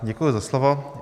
Děkuji za slovo.